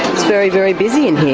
it's very, very busy in